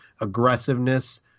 aggressiveness